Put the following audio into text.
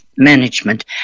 management